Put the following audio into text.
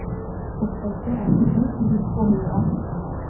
ᱩᱯᱟᱹᱭᱛᱮ ᱩᱱᱠᱩ ᱫᱚ ᱵᱮᱥ ᱠᱚ ᱦᱩᱭᱩᱜᱼᱟ